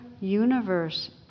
universe